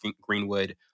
Greenwood